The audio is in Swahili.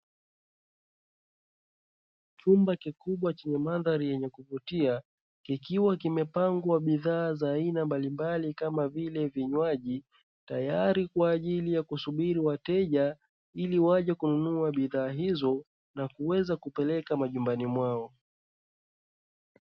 Chumba kikubwa chenye mandhari yenye kuvutia kikiwa kimepangwa bidhaa za aina mbalimbali kama vile vinywaji, tayari kwa ajili ya kusubiri wateja ili waje kununua bidhaa hizo na kuweza kupeleka majimbani mwao.